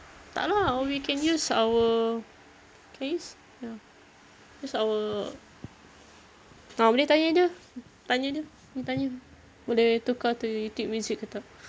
tak lah or we can use our can use ya use our ah boleh tanya dia tanya dia gi tanya boleh tukar to YouTube music ke tak